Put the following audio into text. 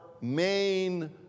main